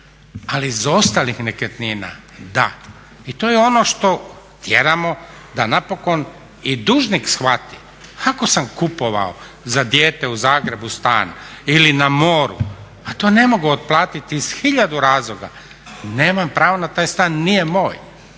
Ali iz ostalih nekretnina da. I to je ono što tjeramo da napokon i dužnih shvati ako sam kupovao za dijete u Zagrebu stan, ili na moru a to ne mogu otplatiti iz hiljadu razloga, nemam pravo na taj stan, nije moj,